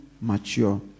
mature